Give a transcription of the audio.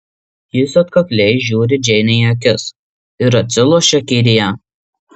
jis atkakliai žiūri džeinei į akis ir atsilošia kėdėje